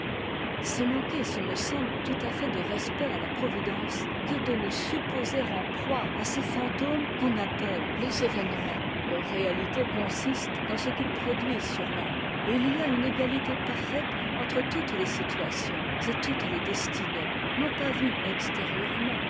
c'est manquer ce me semble tout à fait de respect à la providence que de nous supposer en proie à ces fantômes qu'on appelle les événements leur réalité consiste dans ce qu'ils produisent sur t'ame et il y a une égalité parfaite entre toutes tes situations et toutes les destinées non pas vues extérieurement